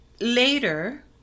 later